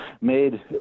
made